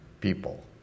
people